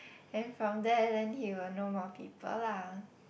then from there then he will know more people lah